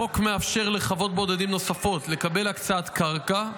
החוק מאפשר לחוות בודדים נוספות לקבל הקצאת קרקע,